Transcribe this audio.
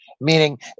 meaning